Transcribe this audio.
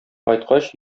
кайткач